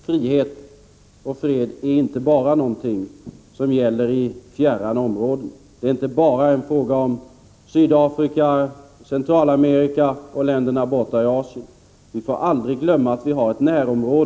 Frihet och fred är självfallet inte någonting som gäller bara i fjärran områden. Det är inte bara en fråga om Sydafrika, Centralamerika och länderna borta i Asien. Vi får aldrig glömma att vi har ett närområde.